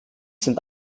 sind